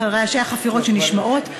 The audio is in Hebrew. רעשי החפירות שנשמעים,